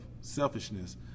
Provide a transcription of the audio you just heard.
selfishness